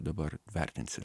dabar vertinsim